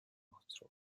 хоцров